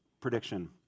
prediction